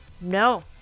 no